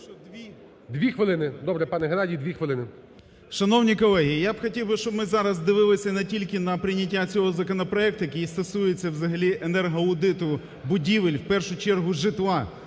Дві хвилини, добре, пане Геннадій, дві хвилини.